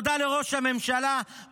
לא טוב לאף אחד לשמוע את האנשים האלה.